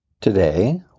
Today